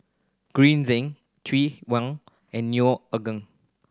Green Zeng Chew wen and Neo Anngee